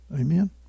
Amen